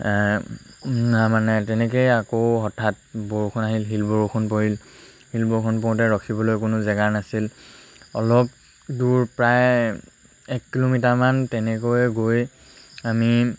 মানে তেনেকৈয়ে আকৌ হঠাৎ বৰষুণ আহিল শিল বৰষুণ পৰিল শিল বৰষুণ পৰোঁতে ৰখিবলৈ কোনো জেগা নাছিল অলপ দূৰ প্ৰায় এক কিলোমিটাৰমান তেনেকৈয়ে গৈ আমি